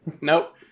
Nope